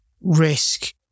risk